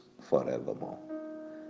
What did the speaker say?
forevermore